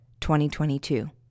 2022